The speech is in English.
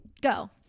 Go